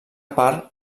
part